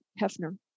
Hefner